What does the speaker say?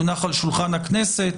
יונח על שולחן הכנסת.